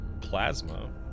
plasma